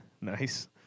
Nice